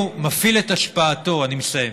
אני מסיים.